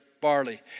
barley